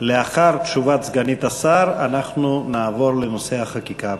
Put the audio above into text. לאחר תשובת סגנית השר אנחנו נעבור לחקיקה הפרטית.